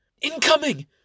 Incoming